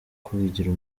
kubigira